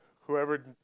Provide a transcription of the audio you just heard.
whoever